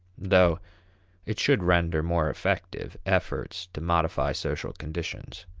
though it should render more effective efforts to modify social conditions.